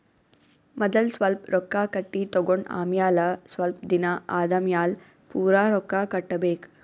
ಮದಲ್ ಸ್ವಲ್ಪ್ ರೊಕ್ಕಾ ಕಟ್ಟಿ ತಗೊಂಡ್ ಆಮ್ಯಾಲ ಸ್ವಲ್ಪ್ ದಿನಾ ಆದಮ್ಯಾಲ್ ಪೂರಾ ರೊಕ್ಕಾ ಕಟ್ಟಬೇಕ್